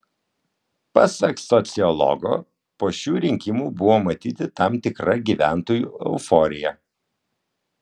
pasak sociologo po šių rinkimų buvo matyti tam tikra gyventojų euforija